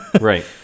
Right